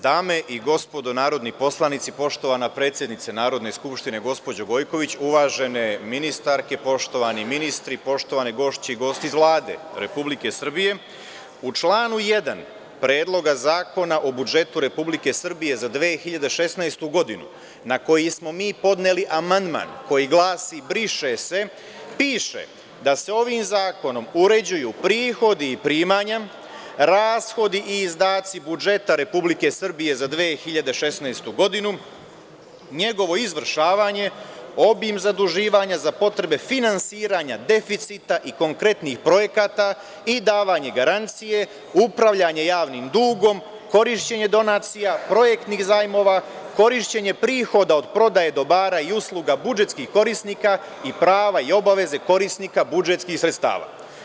Dame i gospodo narodni poslanici, poštovana predsednice Narodne skupštine, gospođo Gojković, uvažene ministarke, poštovani ministri, poštovane gošće i gosti iz Vlade Republike Srbije, u članu 1. Predloga zakona o budžetu Republike Srbije za 2016. godinu na koji smo mi podneli amandman koji glasi – briše se, piše da se ovim zakonom uređuju prihodi i primanja, rashodi i izdaci budžeta Republike Srbije za 2016. godinu, njegovo izvršavanje, obim zaduživanja za potrebe finansiranja deficita i konkretnih projekata i davanje garancije, upravljanje javnim dugom, korišćenje donacija, projektnih zajmova, korišćenje prihoda od prodaje dobara i usluga budžetskih korisnika i prava i obaveze korisnika budžetskih sredstava.